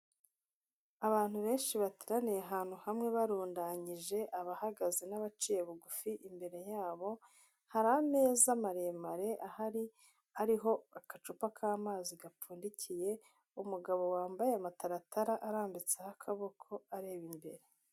Abantu benshi bateraniye ahantu hamwe barundanyije abahagaze n'abaciye bugufi imbere yabo, hari ameza maremare ahari hariho agacupa k'amazi gapfundikiye umugabo wambaye amataratara arambitseho akaboko areba imbere.